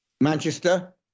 Manchester